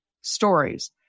stories